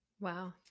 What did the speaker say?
Wow